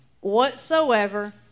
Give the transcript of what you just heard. whatsoever